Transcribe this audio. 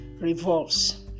revolves